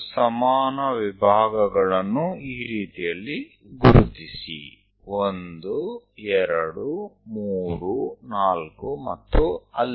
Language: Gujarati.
5 સમાન વિભાગોને સ્થિત કરવા માટે કંપાસ નો ઉપયોગ કરો કંઈક 12345 જેવું